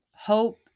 Hope